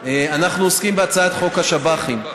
אנחנו עוסקים בהצעת חוק השב"חים.